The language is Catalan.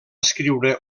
escriure